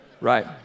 right